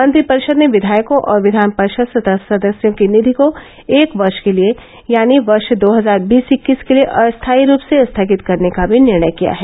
मंत्रिपरिषद ने विघायकों और विघान परिषद सदस्यों की निधि को एक वर्ष के लिए यानी वर्ष दो हजार बीस इक्कीस के लिए अस्थाई रूप से स्थगित करने का भी निर्णय किया है